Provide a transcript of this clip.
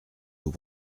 vous